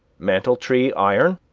mantle-tree iron.